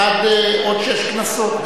לעד עוד שש כנסות,